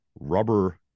rubber